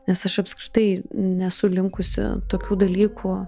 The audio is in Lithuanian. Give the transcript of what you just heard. nes aš apskritai nesu linkusi tokių dalykų